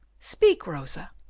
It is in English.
speak, rosa!